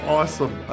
awesome